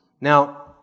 Now